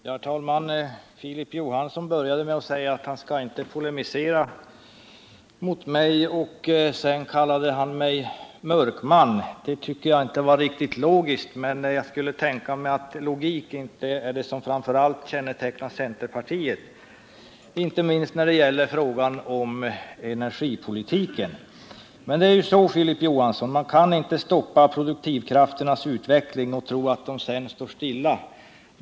Herr talman! Filip Johansson började med att säga att han inte skulle polemisera mot mig. Sedan kallade han mig mörkman. Det tycker jag inte var riktigt logiskt, men logik är inte det som framför allt kännetecknar centerpartiet. Det är väl fallet inte minst när det gäller frågan om energipolitiken. Men, Filip Johansson, man kan inte stoppa produktivkrafternas utveckling och sedan tro att de står stilla.